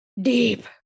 deep